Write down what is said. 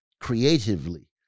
creatively